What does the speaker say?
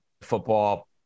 football